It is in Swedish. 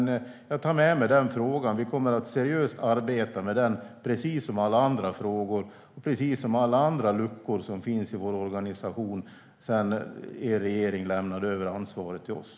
Jag tar med mig den frågan. Vi kommer att seriöst arbeta med den, precis som med alla andra frågor och med alla andra luckor i organisationen efter det att er regering lämnade över ansvaret till oss.